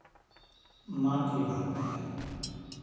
मातृभाषा है